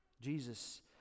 Jesus